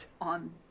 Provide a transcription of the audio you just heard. on